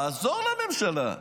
לעזור לממשלה.